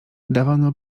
dawano